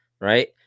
right